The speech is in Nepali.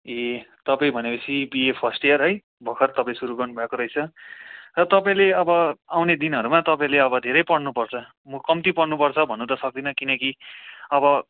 ए तपाईँ भनेपछि बिए फर्स्ट इयर है भर्खर तपाईँ सुरु गर्नुभएको रहेछ र तपाईँले अब आउने दिनहरूमा तपाईँले अब धेरै पढ्नुपर्छ म कम्ती पढ्नुपर्छ भन्नु त सक्दिनँ किनकि अब